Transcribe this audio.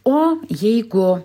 o jeigu